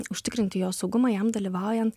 užtikrinti jo saugumą jam dalyvaujant